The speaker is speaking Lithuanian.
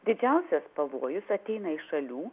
didžiausias pavojus ateina iš šalių